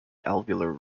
alveolar